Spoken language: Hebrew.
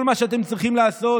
כל מה שאתם צריכים לעשות